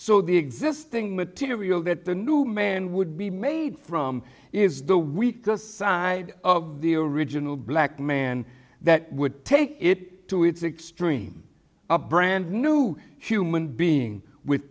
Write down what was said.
so the existing material that the new man would be made from is the weaker side of the original black man that would take it to its extreme a brand new human being with